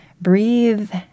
Breathe